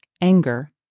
Anger